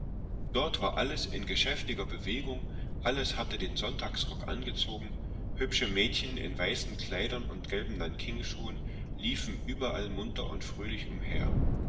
dort war alles in geschäftiger bewegung alles hatte den sonntagsrock angezogen hübsche mädchen in weißen kleidern und gelben nankingschuhen liegen überall munter und fröhlich umher